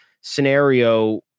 scenario